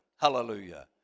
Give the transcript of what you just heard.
Hallelujah